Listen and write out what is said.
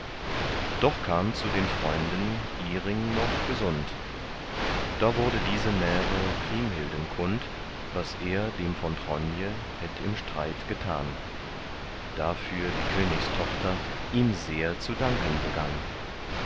doch kam zu den freunden iring noch gesund da wurde diese märe kriemhilden kund was er dem von tronje hätt im streit getan dafür die königstochter ihm sehr zu danken begann